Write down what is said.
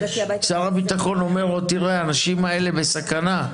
שר הביטחון אומר לו: תראה, האנשים האלה בסכנה.